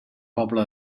pobla